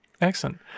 excellent